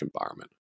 environment